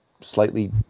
slightly